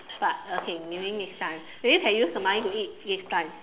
but okay maybe next time maybe can use the money to eat next time